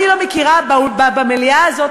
אני לא מכירה במליאה הזאת,